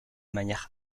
manière